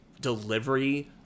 delivery